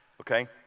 Okay